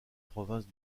province